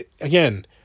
again